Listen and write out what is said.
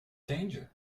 danger